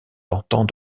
tentant